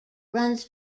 runs